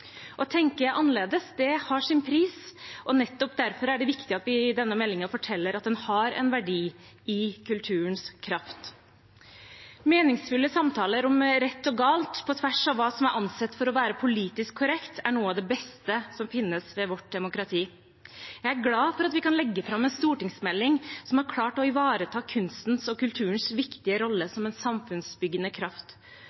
Å tenke annerledes har sin pris, og nettopp derfor er det viktig at vi i denne meldingen forteller at det har en verdi i kulturens kraft. Meningsfulle samtaler om rett og galt på tvers av hva som er ansett å være politisk korrekt, er noe av det beste som finnes ved vårt demokrati. Jeg er glad for at vi kan legge fram en stortingsmelding som har klart å ivareta kunstens og kulturens viktige rolle